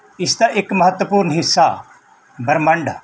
ਇਸ ਦਾ ਇੱਕ ਮਹੱਤਵਪੂਰਨ ਹਿੱਸਾ ਬ੍ਰਹਿਮੰਡ